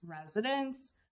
residents